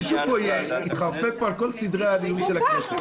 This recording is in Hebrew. מישהו התחרפן פה על כל סדרי הדיון של הכנסת.